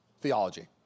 theology